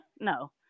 No